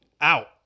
out